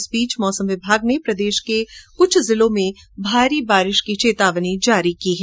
इस बीच मौसम विभाग ने प्रदेश के विभिन्न जिलों में भारी बारिश की चेतावनी जारी की है